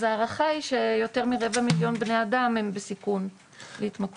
אז ההערכה היא שיותר מרבע מיליון בני אדם הם בסיכון להתמכרות.